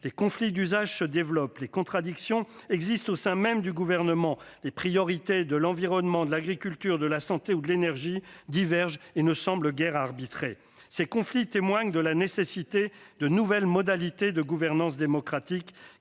Les conflits d'usage se développent et les contradictions existent au sein même du Gouvernement : les priorités des ministres de l'environnement, de l'agriculture, de la santé ou encore de l'énergie divergent et ne semblent guère arbitrées. Ces conflits témoignent de la nécessité de nouvelles modalités de gouvernance démocratique,